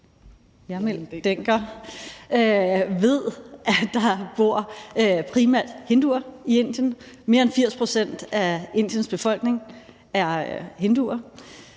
Hjermind Dencker ved, at der primært bor hinduer i Indien. Mere end 80 pct. af Indiens befolkning er hinduer.